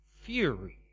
fury